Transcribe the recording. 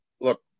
look